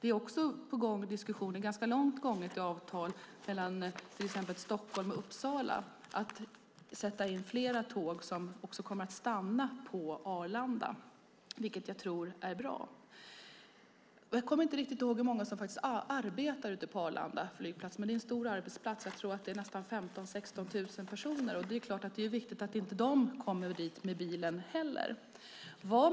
Vidare pågår diskussioner, och det finns ett ganska långt gånget avtal, om att sätta in fler tåg mellan Stockholm och Uppsala som kommer att stanna på Arlanda, vilket jag tror är bra. Jag kommer inte riktigt ihåg hur många som arbetar ute på Arlanda flygplats, men det är en stor arbetsplats. Jag tror att det handlar om 15 000-16 000 personer. Det är klart att det är viktigt att inte heller de kommer dit med bil. Det man